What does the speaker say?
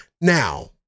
Now